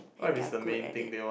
and they are good at it